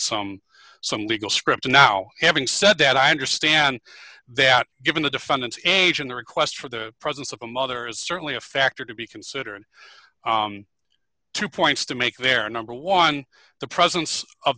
some some legal script and now having said that i understand that given the defendant's age and the request for the presence of the mother is certainly a factor to be considered two points to make their number one the presence of